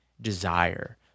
desire